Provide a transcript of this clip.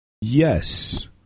yes